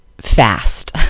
fast